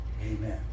Amen